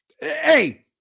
Hey